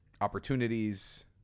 opportunities